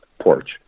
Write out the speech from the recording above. porch